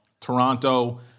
Toronto